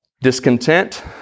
discontent